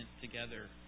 together